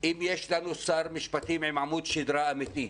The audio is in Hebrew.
אם יש לנו שר משפטים עם עמוד שדרה אמיתי,